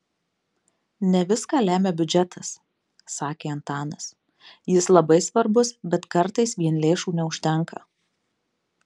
ne viską lemia biudžetas sakė antanas jis labai svarbus bet kartais vien lėšų neužtenka